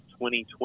2020